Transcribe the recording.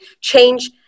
change